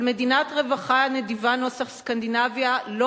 אבל מדינת רווחה נדיבה נוסח סקנדינביה לא